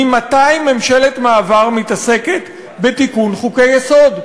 ממתי ממשלת מעבר מתעסקת בתיקון חוקי-יסוד?